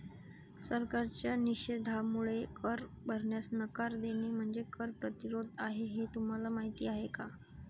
सरकारच्या निषेधामुळे कर भरण्यास नकार देणे म्हणजे कर प्रतिरोध आहे हे तुम्हाला माहीत आहे का